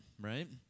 right